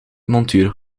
montuur